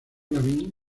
lavín